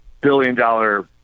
billion-dollar